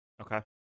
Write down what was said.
Okay